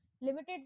limited